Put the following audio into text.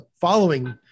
following